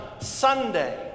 Sunday